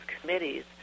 committees